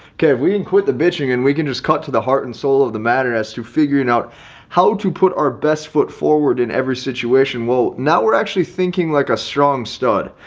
can and quit the bitching and we can just cut to the heart and soul of the matter as to figuring out how to put our best foot forward in every situation. well, now we're actually thinking like a strong stud,